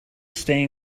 staying